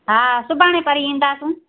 हा सुभाणे पर ईंदासूं